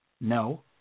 No